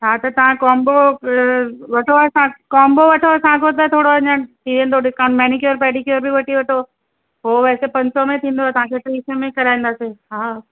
हा त तव्हां कॉम्बो अ वठो असां कॉम्बो वठो असांखां त थोरो अञा थी वेंदो डिस्काउंट मैनीक्योर पैडीक्योर बि वठी वठो हो वैसे पंज सौ में थींदो आहे तव्हांखे टे सौ में कराए ॾींदासीं हा